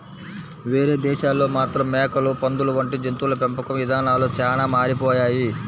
వేరే దేశాల్లో మాత్రం మేకలు, పందులు వంటి జంతువుల పెంపకం ఇదానాలు చానా మారిపోయాయి